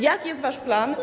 Jaki jest wasz plan.